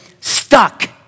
stuck